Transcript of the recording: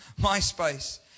MySpace